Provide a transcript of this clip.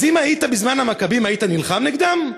אז אם היית בזמן המכבים היית נלחם נגדם?